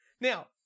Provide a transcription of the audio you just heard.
Now